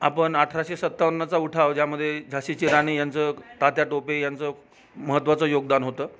आपण अठराशे सत्तावन्नचा उठाव ज्यामध्ये झाशीची राणी यांचं ताात्या टोपे यांचं महत्त्वाचं योगदान होतं